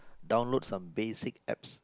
download some basic apps